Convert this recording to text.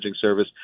service